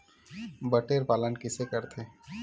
बटेर पालन कइसे करथे?